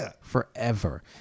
forever